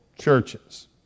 churches